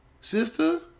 sister